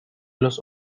los